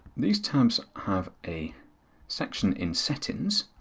these tabs have a section in settings,